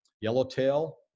Yellowtail